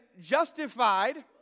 justified